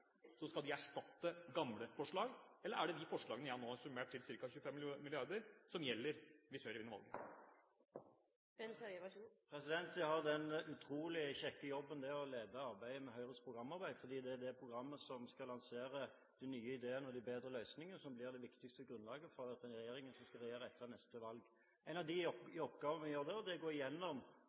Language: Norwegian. så skal de erstatte gamle forslag, eller er det de forslagene som jeg nå har summert til ca. 25 mrd. kr, som gjelder, hvis Høyre vinner valget? Jeg har den utrolig kjekke jobben det er å lede arbeidet med Høyres programarbeid, fordi det er det programmet som skal lansere de nye ideene og de bedre løsningene, som blir det viktigste grunnlaget for den regjeringen som skal regjere etter neste valg. En av de oppgavene vi gjør da, er å gå igjennom